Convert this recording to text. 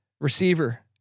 receiver